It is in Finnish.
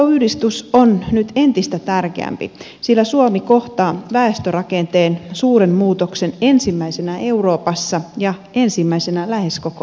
kuntauudistus on nyt entistä tärkeämpi sillä suomi kohtaa väestörakenteen suuren muutoksen ensimmäisenä euroopassa ja ensimmäisenä lähes koko maailmassa